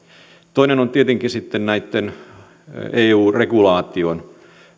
toinen on tietenkin sitten eu regulaation